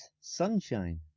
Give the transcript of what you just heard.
sunshine